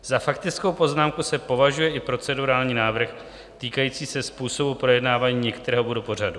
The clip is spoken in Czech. Za faktickou poznámku se považuje i procedurální návrh týkající se způsobu projednávání některého bodu pořadu.